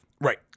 Right